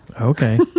Okay